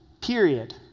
period